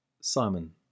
Simon